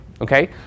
Okay